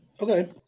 Okay